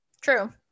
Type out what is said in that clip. True